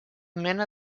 mena